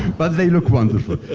but they look wonderful.